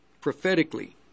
Prophetically